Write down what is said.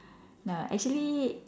no actually